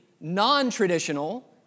non-traditional